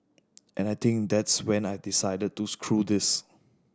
and I think that's when I decided to screw this